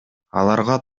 аларга